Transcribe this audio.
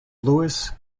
louis